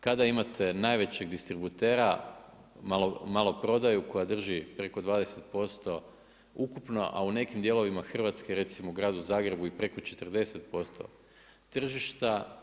Kada imate najvećeg distributera maloprodaju koja drži preko 20% ukupno, a u nekim dijelovima Hrvatske recimo u gradu Zagrebu i preko 40% tržišta.